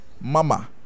Mama